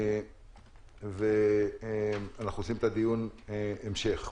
אנחנו עושים דיון המשך.